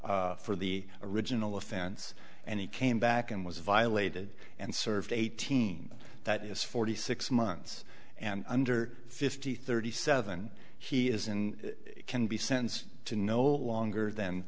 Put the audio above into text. for the original offense and he came back and was violated and served eighteen that is forty six months and under fifty thirty seven he is in can be sentenced to no longer than